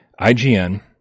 IGN